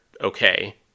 okay